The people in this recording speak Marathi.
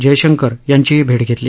जयशंकर यांचीही भैट घेतली